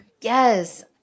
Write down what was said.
Yes